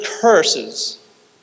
curses